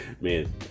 Man